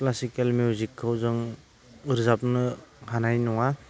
classical मिउजिकखौ जों रोजाबनो हानाय नङा